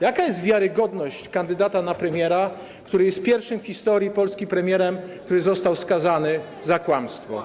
Jaka jest wiarygodność kandydata na premiera, który jest pierwszym w historii Polski premierem, który został skazany za kłamstwo?